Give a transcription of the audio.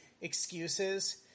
excuses